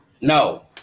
No